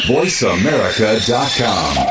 VoiceAmerica.com